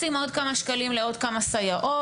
רוצים עוד כמה שקלים לעוד כמה סייעות,